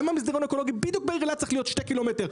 למה מסדרון אקולוגי בדיוק בעיר אלעד צריך להיות 2 קילומטר?